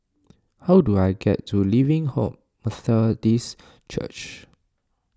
how do I get to Living Hope Methodist Church